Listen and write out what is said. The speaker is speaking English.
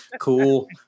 Cool